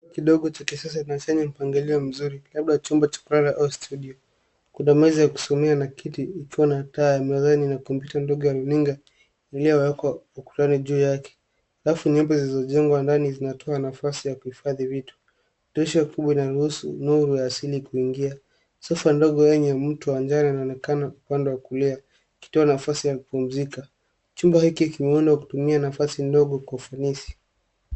...kidogo cha kisasa kinachoonyesha mpangilio mzuri labda chumba cha kulala au studio . Kuna meza ya kusomea na kiti ikiwa na taa ya mezani na kompyuta ndogo ya runinga iliyowekwa ukutani juu yake. Rafu nyeupe zilizojengwa ndani zinatoa nafasi ya kuhifadhi vitu. Dirisha kubwa linaruhusu nuru ya asili kuingia. Sofa ndogo yenye mto wa njano inaonekana upande wa kulia ikitoa nafasi ya kupumzika. Chumba hiki kimeundwa kutumia nafasi ndogo kwa ufanisi.